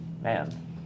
Man